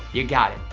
you've got it.